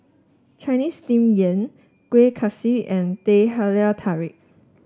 Chinese Steamed Yam Kueh Kaswi and Teh Halia Tarik